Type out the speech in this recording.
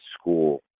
school